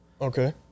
Okay